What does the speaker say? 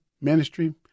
Ministry